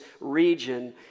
region